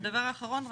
הדבר האחרון,